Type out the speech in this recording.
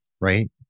right